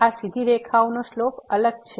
તેથી આ સીધી રેખાઓનો સ્લોપ અલગ છે